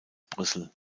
brüssel